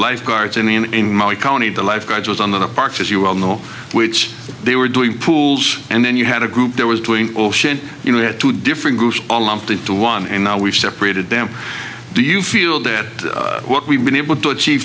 lifeguards and in my county the lifeguards was on the park as you well know which they were doing pools and then you had a group there was doing ocean you had two different groups all lumped into one and now we've separated them do you feel that what we've been able to achieve